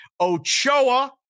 Ochoa